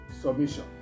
submission